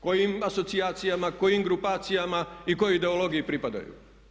Kojim asocijacijama, kojim grupacijama i kojoj ideologiji pripadaju?